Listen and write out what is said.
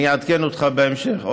אעדכן אותך בהמשך,